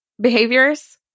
behaviors